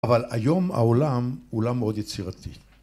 אבל היום העולם הוא עולם מאוד יצירתי